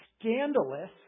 scandalous